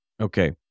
okay